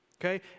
Okay